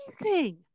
Amazing